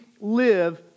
live